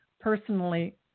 personally